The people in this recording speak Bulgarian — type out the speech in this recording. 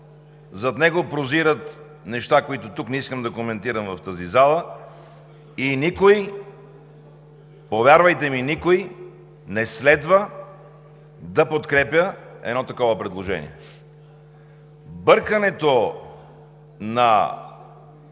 зад него прозират неща, които не искам да коментирам тук, в тази зала, и никой, повярвайте ми, не следва да подкрепя едно такова предложение. Бъркането на